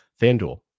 FanDuel